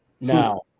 Now